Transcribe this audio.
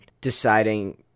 deciding